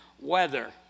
weather